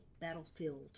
battlefield